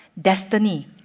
destiny